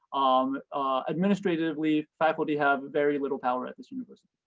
um administratively faculty has very little power at this university.